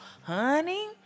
honey